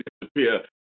disappear